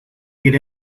get